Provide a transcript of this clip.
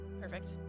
Perfect